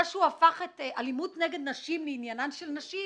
זה שהוא הפך את האלימות נגד נשים לעניינן של נשים